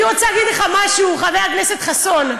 אני רוצה להגיד לך משהו, חבר הכנסת חסון.